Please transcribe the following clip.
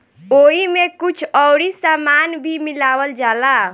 ओइमे कुछ अउरी सामान भी मिलावल जाला